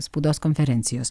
spaudos konferencijos